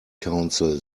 council